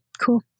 Cool